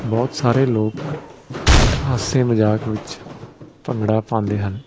ਬਹੁਤ ਸਾਰੇ ਲੋਕ ਹਾਸੇ ਮਜ਼ਾਕ ਵਿੱਚ ਭੰਗੜਾ ਪਾਉਂਦੇ ਹਨ